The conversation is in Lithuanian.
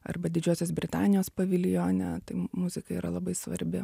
arba didžiosios britanijos paviljone muzika yra labai svarbi